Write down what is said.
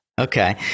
Okay